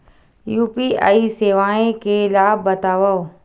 UPI सेवाएं के लाभ बतावव?